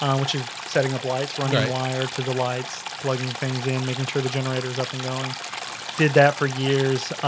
um which is setting up lights running wire to the lights plugging things in making sure the generator is up and going did that for years?